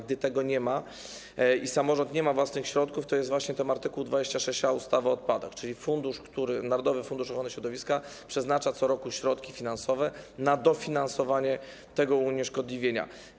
Gdy tego nie ma i samorząd nie ma własnych środków, to jest właśnie art. 26a ustawy o odpadach, czyli fundusz, z którego narodowy fundusz ochrony środowiska przeznacza co roku środki finansowe na dofinansowanie tego unieszkodliwienia.